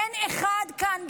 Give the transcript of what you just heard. אין אחד כאן,